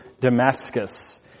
Damascus